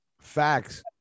facts